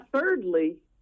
thirdly